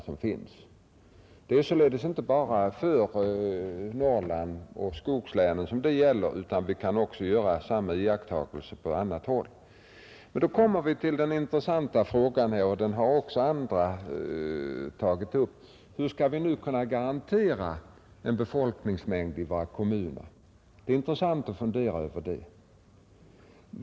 Det gäller således inte bara för Norrland och för skogslänen utan vi kan göra samma iakttagelse på annat håll. Vi kommer då till frågan, som också har tagits upp av andra talare, hur man skall kunna garantera en viss befolkningsmängd i våra kommuner. Det är intressant att fundera över det.